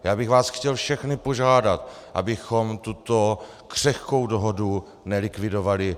Já bych vás chtěl všechny požádat, abychom tuto křehkou dohodu nelikvidovali.